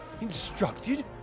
Instructed